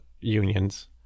unions